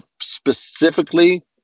specifically